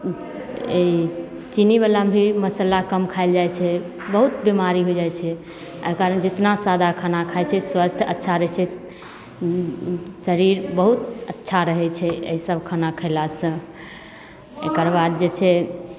ई चीनीवला मे भी मसल्ला कम खाइल जाइ छै बहुत बीमारी होइ जाइ छै एहि कारण जितना सादा खाना खाइ छियै स्वास्थ अच्छा रहय छै शरीर बहुत अच्छा रहय छै अइ सब खाना खयलासँ एकरबाद जे छै